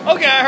Okay